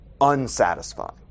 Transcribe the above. unsatisfying